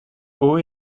haut